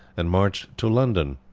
and marched to london.